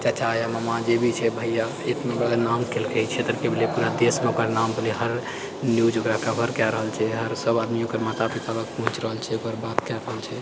चचा या मामा जे भी छै भैया इतना बड़ा नाम केलके क्षेत्रकेँ भी भेले पूरा देशमे ओकर नाम भेले हर न्यूज ओकर कवर कए रहल छै हर सब आदमी ओकर माता पिताके पहुँच रहल छै ओकर बात कए रहल छै